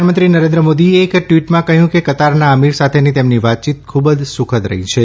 પ્રધાનમંત્રી નરેન્દ્ર મોદીએ એક ટવીટમાં કહયું કે કતારના અમીર સાથેની તેમની વાતચીત ખુબ સુખદ રહી છે